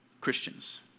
Christians